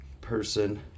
person